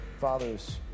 father's